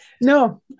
No